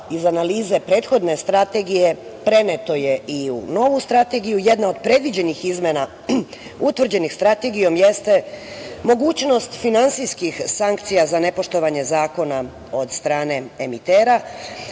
iz analize prethodne strategije je preneto i u novu strategiju. Jedna od predviđenih izmena utvrđenih strategijom jeste mogućnost finansijskih sankcija za nepoštovanje zakona od strane emitera,